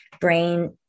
brain